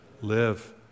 Live